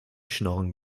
schnorren